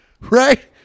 Right